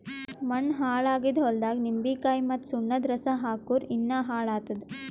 ಮಣ್ಣ ಹಾಳ್ ಆಗಿದ್ ಹೊಲ್ದಾಗ್ ನಿಂಬಿಕಾಯಿ ಮತ್ತ್ ಸುಣ್ಣದ್ ರಸಾ ಹಾಕ್ಕುರ್ ಇನ್ನಾ ಹಾಳ್ ಆತ್ತದ್